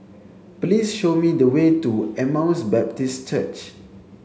please show me the way to Emmaus Baptist Church